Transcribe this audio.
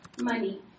money